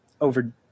over